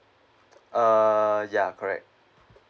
uh ya correct